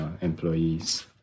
employees